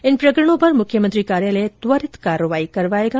इन प्रकरणों पर मुख्यमंत्री कार्यालय त्वरित कार्रवाई करवाएगा